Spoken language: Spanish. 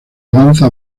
avanza